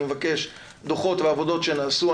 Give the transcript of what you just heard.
אני מבקש דוחות ועבודות שנעשו.